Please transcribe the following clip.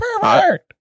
pervert